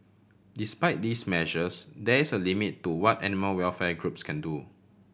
despite these measures there is a limit to what animal welfare groups can do